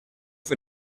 for